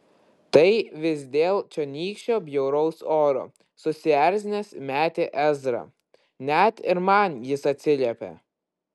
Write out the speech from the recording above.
tai vis dėl čionykščio bjauraus oro susierzinęs metė ezra net ir man jis atsiliepia